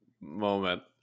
moment